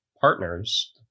partners